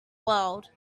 world